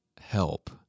help